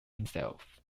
himself